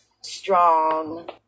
strong